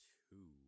two